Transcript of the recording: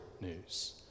news